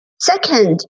Second